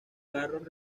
carroll